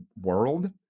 world